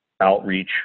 outreach